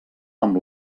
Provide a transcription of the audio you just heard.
amb